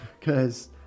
Cause